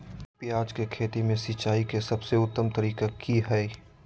प्याज के खेती में सिंचाई के सबसे उत्तम तरीका की है?